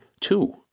Two